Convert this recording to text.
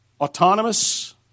autonomous